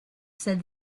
said